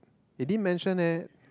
it didn't mention eh